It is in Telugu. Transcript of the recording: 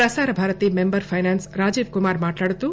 ప్రసార భారతి మెంబర్ పైనాన్ప్ రాజీవ్ కుమార్ మాట్లాడుతూ